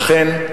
אכן,